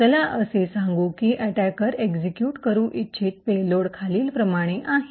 चला असे सांगू की अटैकर एक्सिक्यूट करू इच्छित पेलोड खालीलप्रमाणे आहे